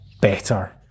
better